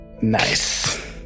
Nice